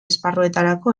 esparruetarako